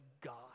God